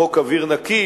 וחוק אוויר נקי